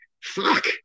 fuck